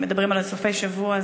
אם מדברים על סופי השבוע,